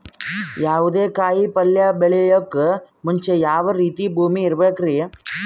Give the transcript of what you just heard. ಯಾವುದೇ ಕಾಯಿ ಪಲ್ಯ ಬೆಳೆಯೋಕ್ ಮುಂಚೆ ಯಾವ ರೀತಿ ಭೂಮಿ ಇರಬೇಕ್ರಿ?